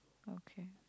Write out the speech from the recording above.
okay